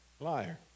liar